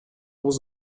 was